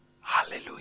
Hallelujah